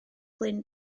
glyn